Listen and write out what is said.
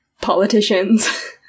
Politicians